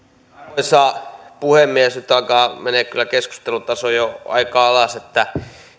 arvoisa puhemies nyt alkaa mennä kyllä keskustelun taso jo aika alas